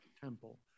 Temple